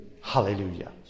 Hallelujah